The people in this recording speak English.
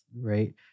right